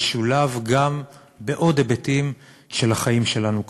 ישולב גם בעוד היבטים של החיים שלנו כאן.